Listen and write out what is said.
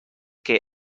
que